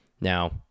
Now